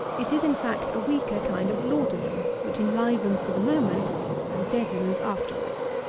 it is, in fact, a weaker kind of laudanum, which enlivens for the moment and deadens afterwards.